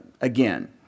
again